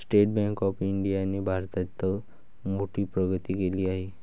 state bank of इंडियाने भारतात मोठी प्रगती केली आहे